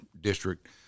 district